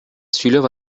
сүйлөп